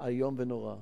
איום ונורא.